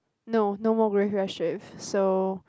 no no more graveyard shift so